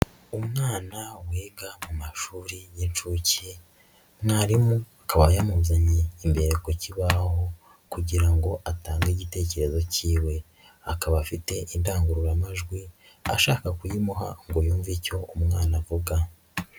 Umwana wiga mu mashuri y'inshuke, mwarimu akaba yamuzanye imbere ku kibaho kugira ngo atange igitekerezo kiwe, akaba afite indangururamajwi ashaka kuyimuha ngo yumve icyo umwana avuga.